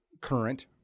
current